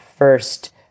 First